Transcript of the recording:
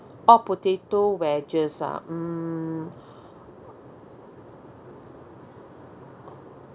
orh potato wedges ah mm